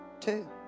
Two